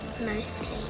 mostly